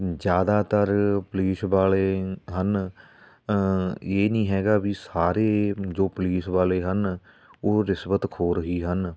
ਜ਼ਿਆਦਾਤਰ ਪੁਲੀਸ ਵਾਲੇ ਹਨ ਇਹ ਨਹੀਂ ਹੈਗਾ ਵੀ ਸਾਰੇ ਜੋ ਪੁਲੀਸ ਵਾਲੇ ਹਨ ਉਹ ਰਿਸ਼ਵਤਖੋਰ ਹੀ ਹਨ